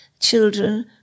children